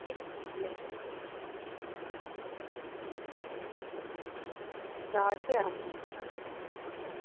घर गै